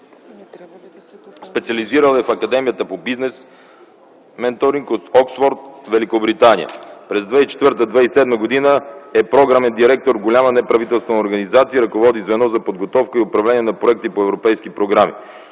Специализирал е в Академията по бизнес-менторинг в Оксфорд, Великобритания. През 2004-2007 г. е програмен директор в голяма неправителствена организация и ръководи звено за подготовка и управление на проекти по европейски програми.